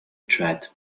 threat